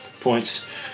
points